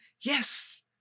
Yes